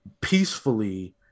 peacefully